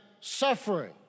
suffering